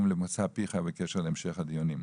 למוצא פיך בקשר להמשך הדיונים.